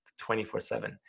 24-7